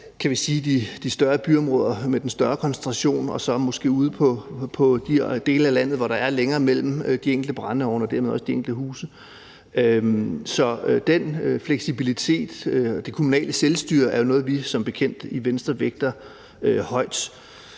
de større byområder med den større koncentration og så måske de dele af landet, hvor der er længere mellem de enkelte huse og dermed også de enkelte brændeovne. Så den fleksibilitet, der er i det kommunale selvstyre, er jo noget, vi som bekendt i Venstre vægter højt.